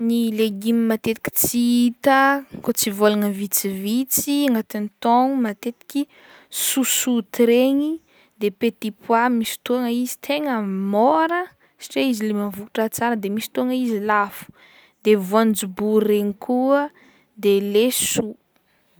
Ny legima matetiky tsy hita koa tsy vôlagna vitsivitsy agnatin'ny taogno matetiky sosoty regny de petit pois misy fotoagna izy tegna môra satira izy le mahavokatra tsara de misy fotoagna izy lafo de voanjobory regny koa de laisoa.